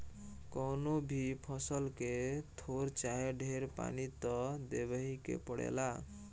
कवनो भी फसल के थोर चाहे ढेर पानी त देबही के पड़ेला